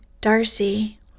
Darcy